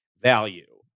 value